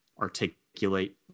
articulate